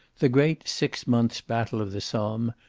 the great six-months battle of the somme,